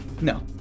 No